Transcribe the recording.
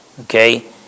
Okay